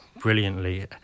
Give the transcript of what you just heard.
brilliantly